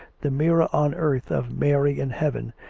the mirror on earth of mary in heaven,